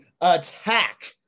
attack